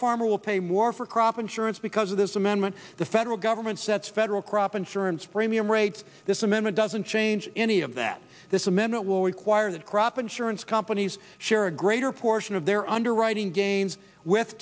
farmer will pay more for crop insurance because of this amendment the federal government sets federal crop insurance premium rates this amendment doesn't change any of that this amendment will require that crop insurance companies share a greater portion of their underwriting gains with